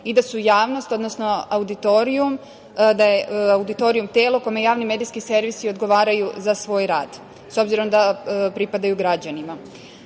i da su javnost, odnosno auditorijum, da je auditorijum telo kome javni medijski servisi odgovaraju za svoj rad, s obzirom da pripadaju građanima. Javni